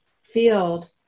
field